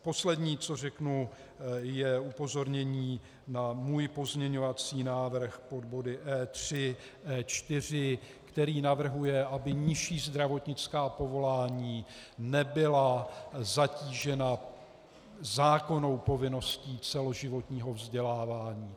Poslední, co řeknu, je upozornění na můj pozměňovací návrh pod body E3 a E4, který navrhuje, aby nižší zdravotnická povolání nebyla zatížena zákonnou povinností celoživotního vzdělávání.